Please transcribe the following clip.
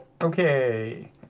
Okay